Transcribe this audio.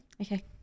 okay